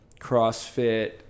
CrossFit